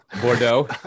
Bordeaux